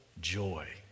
joy